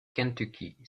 kentucky